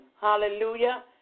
Hallelujah